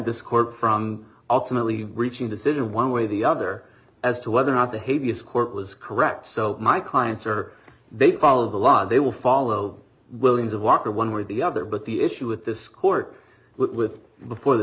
this court from ultimately reaching decision one way or the other as to whether or not behaviors court was correct so my clients are they follow the law they will follow williams of walker one way or the other but the issue with this court with before th